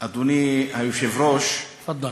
אדוני היושב-ראש, תפאדל.